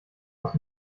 aus